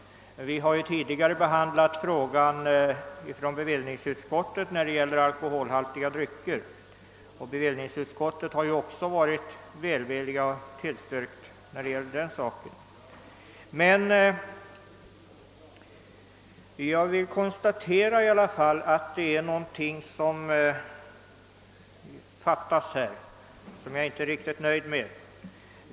Vi har ju tidigare behandlat motsvarande fråga vad gäller alkoholhaltiga drycker. Bevillningsutskottet har också varit välvilligt och tillstyrkt när det gäller denna sak. Jag vill emellertid konstatera att det ' i andra lagutskottets utlåtande är något som fattas, något som jag inte är riktigt nöjd med.